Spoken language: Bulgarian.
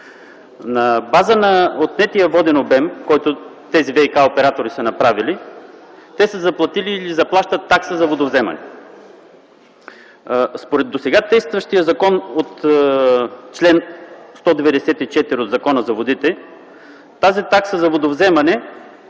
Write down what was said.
На база на отнетия воден обем, който тези ВиК оператори са направили, са заплатили или заплащат такса за водовземане. Според чл. 194а от досега действащия Закон за водите тази такса за водовземане се